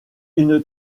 une